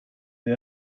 det